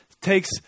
takes